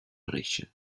reixa